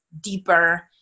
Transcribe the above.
deeper